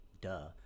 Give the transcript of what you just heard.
Duh